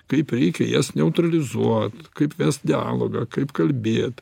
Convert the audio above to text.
kaip reikia jas neutralizuot kaip vest dialogą kaip kalbėt